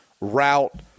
route